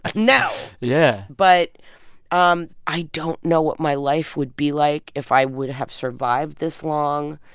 ah no yeah but um i don't know what my life would be like if i would have survived this long.